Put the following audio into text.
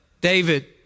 David